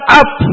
up